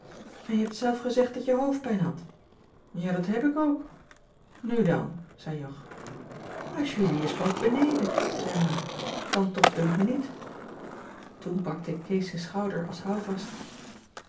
en je hebt zelf gezegd dat je hoofdpijn hadt ja dat heb ik ook nu dan zei jog maar julie is pas beneden zei ma t kan toch dunkt me niet toen pakte ik kees zijn schouder als houvast